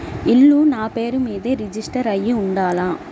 ఇల్లు నాపేరు మీదే రిజిస్టర్ అయ్యి ఉండాల?